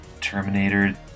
Terminator